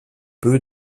peu